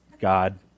God